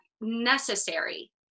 necessary